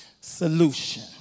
Solution